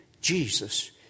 Jesus